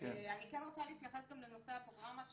אני כן רוצה להתייחס גם לנושא הפרוגרמה,